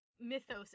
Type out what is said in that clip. mythos